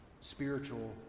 spiritual